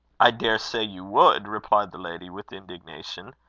i daresay you would! replied the lady, with indignation.